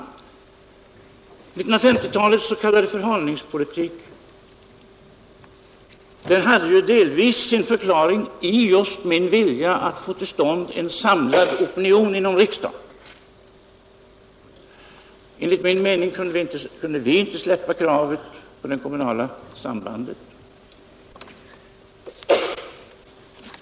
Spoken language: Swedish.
1950-talets s.k. förhalningspolitik hade delvis sin förklaring i just min vilja att få till stånd en samlad opinion inom riksdagen. Enligt min mening kunde vi inte släppa kravet på det kommunala sambandet.